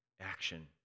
action